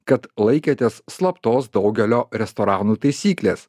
kad laikėtės slaptos daugelio restoranų taisyklės